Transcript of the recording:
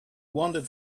wandered